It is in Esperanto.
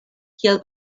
kiel